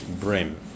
brim